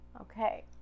Okay